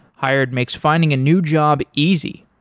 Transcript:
hired makes finding a new job easy.